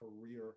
career